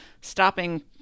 stopping